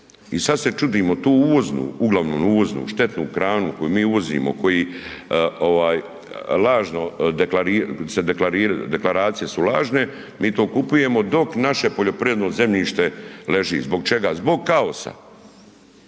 I sad se čudimo, tu uvoznu, uglavnom uvoznu, štetnu hranu koju mi uvozimo, koji lažno se deklariraju, deklaracije su lažne, mi to kupujemo dok naši poljoprivredno zemljište leži. Zbog čega? Zbog kaosa.